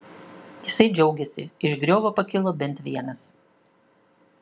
jisai džiaugėsi iš griovio pakilo bent vienas